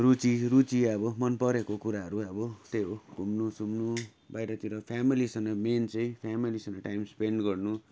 रुचि रुचि अब मनपरेको कुराहरू अब त्यही हो घुम्नुसुम्नु बाहिरतिर फेमेलीसँग मेन चैँ फ्यामेलीसँग टाइम स्पेन्ड गर्नु